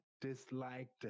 disliked